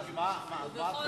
אם כך, מה אתה עושה.